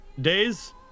days